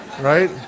Right